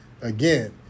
again